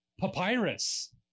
Papyrus